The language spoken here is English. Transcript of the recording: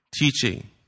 teaching